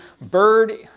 bird